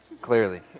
Clearly